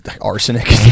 arsenic